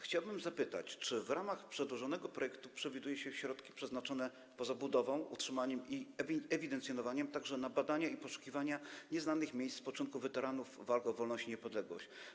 Chciałbym zapytać, czy w ramach przedłożonego projektu przewiduje się środki przeznaczone poza budową, utrzymaniem i ewidencjonowaniem grobów także na badania i poszukiwania nieznanych miejsc spoczynku weteranów walk o wolność i niepodległość.